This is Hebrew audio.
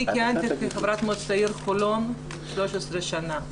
אני כיהנתי כחברת מועצת העיר חולון 13 שנה.